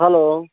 hello